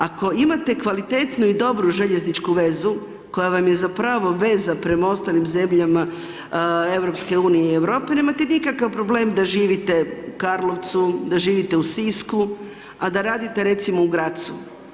Ako imate kvalitetnu i dobru željezničku vezu koja vam je zapravo veza prema ostalim zemljama EU i Europe nemate nikakav problem da živite u Karlovcu, da živite u Sisku a da radite recimo u Grazu.